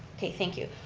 okay, thank you.